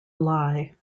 lie